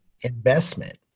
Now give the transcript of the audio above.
investment